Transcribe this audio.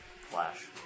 Flash